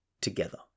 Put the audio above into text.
together